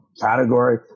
category